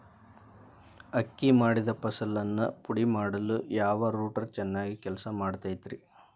ಅಕ್ಕಿ ಮಾಡಿದ ಫಸಲನ್ನು ಪುಡಿಮಾಡಲು ಯಾವ ರೂಟರ್ ಚೆನ್ನಾಗಿ ಕೆಲಸ ಮಾಡತೈತ್ರಿ?